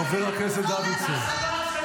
חבר הכנסת דוידסון.